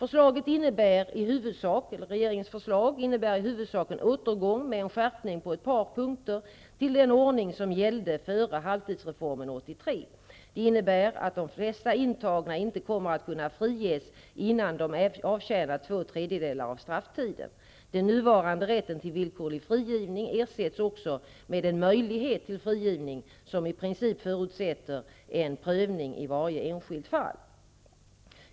Regeringens förslag innebär i huvudsak en återgång -- med en skärpning på ett par punkter -- 1983. Det innebär att de flesta intagna inte kommer att kunna friges innan de avtjänat två tredjedelar av strafftiden. Den nuvarande rätten till villkorlig frigivning ersätts också med en möjlighet till frigivning som i princip förutsätter en prövning i varje enskilt fall.